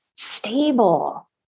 stable